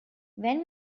when